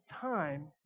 time